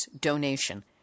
donation